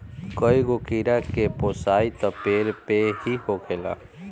कईगो कीड़ा के पोसाई त पेड़ पे ही होखेला